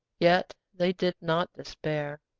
yet they did not despair.